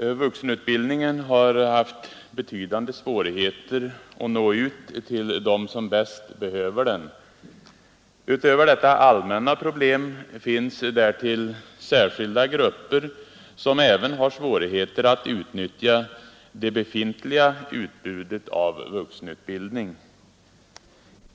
Vuxenutbildningen har haft betydande svårigheter att nå ut till dem som bäst behöver den. Utöver detta allmänna problem finns därtill särskilda grupper som även har svårigheter att utnyttja det befintliga utbudet av vuxenutbildning.